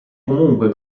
comunque